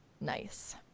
nice